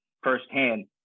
firsthand